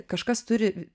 kažkas turi